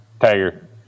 tiger